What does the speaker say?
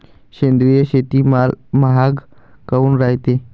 सेंद्रिय शेतीमाल महाग काऊन रायते?